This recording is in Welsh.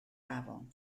afon